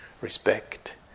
respect